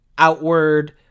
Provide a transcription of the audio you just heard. outward